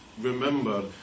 remember